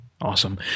Awesome